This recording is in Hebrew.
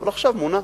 אבל עכשיו מונה.